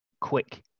quick